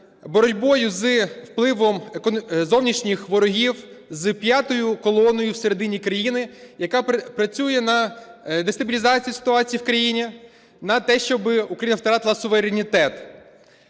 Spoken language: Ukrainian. боротьбою з впливом зовнішніх ворогів, з "п'ятою колоною" всередині країни, яка працює на дестабілізацію ситуації в країні, на те, щоб Україна втратила суверенітет.